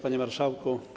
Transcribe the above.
Panie Marszałku!